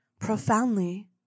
profoundly